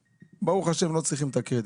ברוך ה', לא צריכים את הקרדיט,